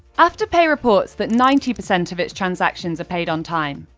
afterpay reports that ninety percent of its transactions are paid on time.